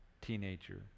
teenager